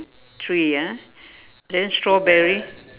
three ah then strawberry